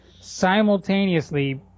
simultaneously